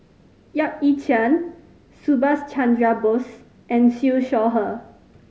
Yap Ee Chian Subhas Chandra Bose and Siew Shaw Her